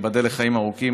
ייבדל לחיים ארוכים,